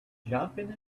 jumping